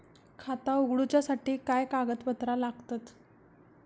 खाता उगडूच्यासाठी काय कागदपत्रा लागतत?